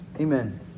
amen